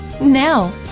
Now